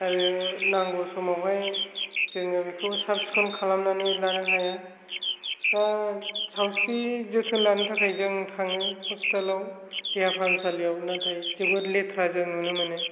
आरो नांगौ समावहाय जोङो बेखौहाय साब सिखोन खालामनानै लानो हाया दा सावस्रि जोथोन लानो थाखाय जों थाङो हस्पितालाव देहा फाहामसालियाव नाथाय जोबोद लेथ्रा जों नुनो मोन